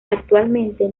actualmente